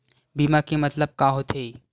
बीमा के मतलब का होथे?